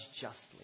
justly